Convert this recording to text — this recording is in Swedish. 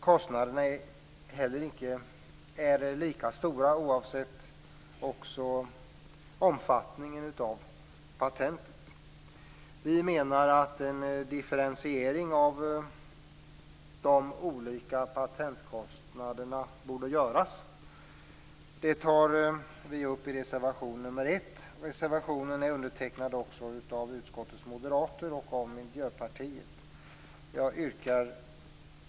Kostnaderna är lika stora oavsett omfattningen av patentet. Vi menar att en differentiering av de olika patentkostnaderna borde göras. Det tar vi upp i reservation nr 1. Reservationen är också undertecknad av utskottets moderater och miljöpartist. Herr talman!